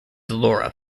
laura